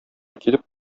килеп